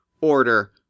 order